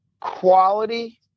quality